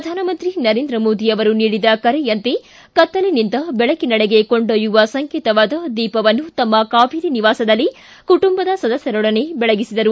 ಪ್ರಧಾನಮಂತ್ರಿ ನರೇಂದ್ರ ಮೋದಿ ಅವರು ನೀಡಿದ ಕರೆಯಂತೆ ಕತ್ತಲಿನಿಂದ ಬೆಳಕಿನೆಡೆಗೆ ಕೊಂಡೊಯ್ಯುವ ಸಂಕೇತವಾದ ದೀಪವನ್ನು ತಮ್ಮ ಕಾವೇರಿ ನಿವಾಸದಲ್ಲಿ ಕುಟುಂಬದ ಸದಸ್ಕರೊಡನೆ ಬೆಳಗಿಸಿದರು